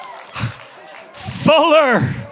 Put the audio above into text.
Fuller